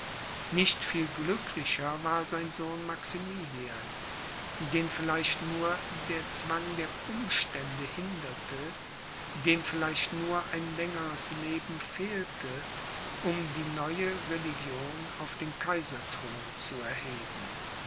nicht viel glücklicher war sein sohn maximilian den vielleicht nur der zwang der umstände hinderte dem vielleicht nur ein längeres leben fehlte um die neue religion auf den kaiserthron zu erheben